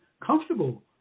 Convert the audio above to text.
comfortable